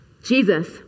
Jesus